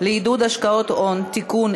לעידוד השקעות הון (תיקון,